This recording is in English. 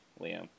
Liam